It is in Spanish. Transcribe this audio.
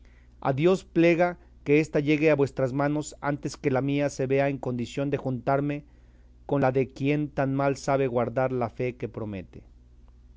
a dios plega que ésta llegue a vuestras manos antes que la mía se vea en condición de juntarse con la de quien tan mal sabe guardar la fe que promete